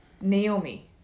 Naomi